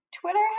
Twitter